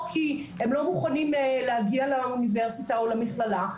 או כי הם לא מוכנים להגיע לאוניברסיטה או למכללה,